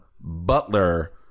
Butler